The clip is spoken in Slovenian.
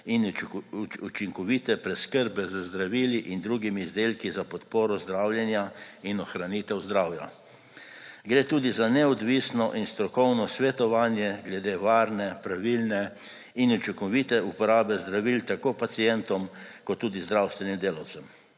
in učinkovite preskrbe z zdravili in drugimi izdelki za podporo zdravljenja in ohranitev zdravja. Gre tudi za neodvisno in strokovno svetovanje glede varne, pravilne in učinkovite uporabe zdravil, tako pacientom kot tudi zdravstvenim delavcem.